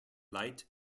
light